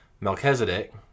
Melchizedek